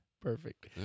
perfect